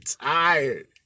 tired